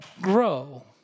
grow